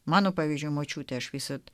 mano pavyzdžiui močiutė aš visad